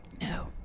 No